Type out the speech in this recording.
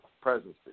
presidency